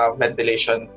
ventilation